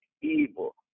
evil